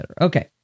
Okay